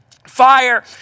fire